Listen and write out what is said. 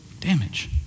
damage